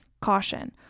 Caution